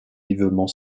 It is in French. vivement